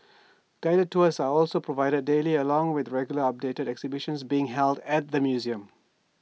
guided tours are also provided daily along with regularly updated exhibitions being held at the museum